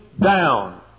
down